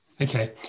okay